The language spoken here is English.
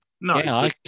No